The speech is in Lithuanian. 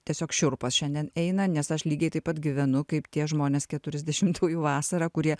tiesiog šiurpas šiandien eina nes aš lygiai taip pat gyvenu kaip tie žmonės keturiasdešimtųjų vasarą kurie